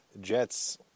jets